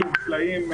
שוב סלעים,